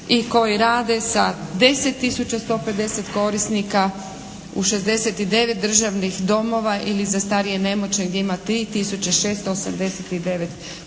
i koji rade sa 10 tisuća 150 korisnika u 69 državnih domova ili za starije i nemoćne gdje ima 3 tisuće 689 korisnika.